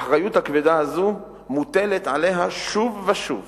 האחריות הכבדה הזאת מוטלת עליה שוב ושוב